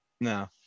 no